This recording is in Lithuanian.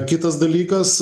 kitas dalykas